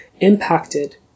impacted